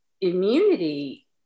immunity